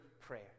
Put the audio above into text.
prayer